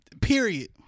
period